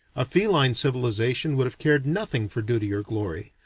a feline civilization would have cared nothing for duty or glory,